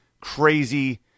crazy